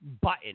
button